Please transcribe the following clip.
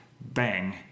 bang